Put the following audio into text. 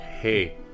Hey